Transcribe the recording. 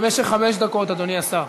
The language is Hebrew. יש לך חמש דקות, אדוני השר.